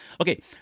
Okay